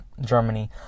Germany